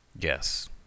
Yes